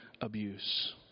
abuse